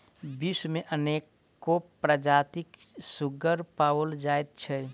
विश्व मे अनेको प्रजातिक सुग्गर पाओल जाइत छै